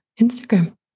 instagram